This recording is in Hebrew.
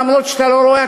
למרות שאתה לא רואה,